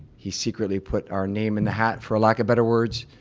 he secretly put our name in the hat for lack of better words,